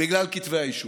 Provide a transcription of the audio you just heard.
בגלל כתבי האישום,